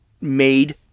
made